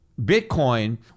Bitcoin